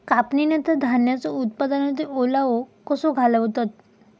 कापणीनंतर धान्यांचो उत्पादनातील ओलावो कसो घालवतत?